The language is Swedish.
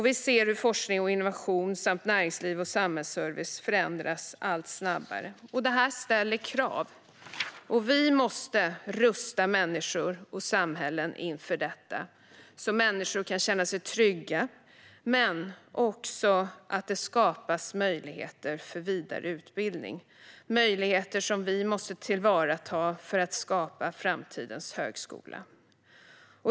Vi ser hur forskning och innovation samt näringsliv och samhällsservice förändras allt snabbare. Det här ställer krav. Vi måste rusta människor och samhällen inför detta, så att människor kan känna sig trygga men också så att det skapas möjligheter för vidare utbildning - möjligheter som vi måste tillvarata för att skapa framtidens högskola.